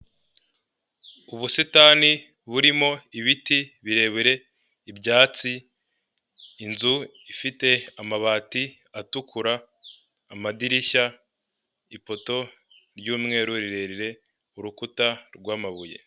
Ubusitani burimo ibiti birebire ibyatsi, inzu ifite amabati atukura, amadirishya, ipoto ry'umweru rirerire, urukuta rw'amabuye.